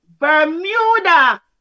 Bermuda